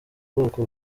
bwoko